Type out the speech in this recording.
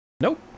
Nope